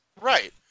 Right